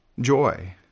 Joy